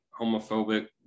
homophobic